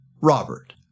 Robert